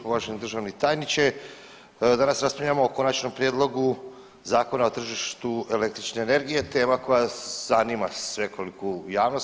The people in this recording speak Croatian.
Uvaženi državni tajniče, danas raspravljamo o Konačnom prijedlogu Zakona o tržištu električne energije, tema koja zanima svekoliku javnost.